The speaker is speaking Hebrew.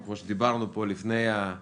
וכמו שדיברנו פה לפני הדיון